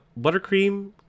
buttercream